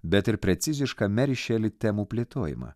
bet ir precizišką meri šeli temų plėtojimą